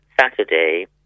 Saturday